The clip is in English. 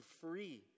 free